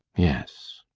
yes.